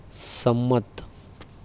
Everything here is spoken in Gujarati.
સંમત